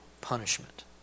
punishment